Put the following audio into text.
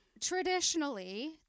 traditionally